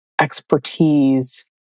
expertise